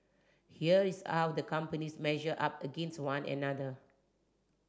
here is the companies measure up against one another